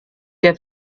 der